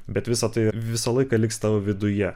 bet visa tai visą laiką liks tavo viduje